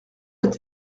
est